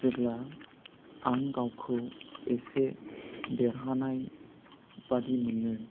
जेब्ला आं गावखौ एसे देरहानाय बादि मोनो